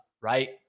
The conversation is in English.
right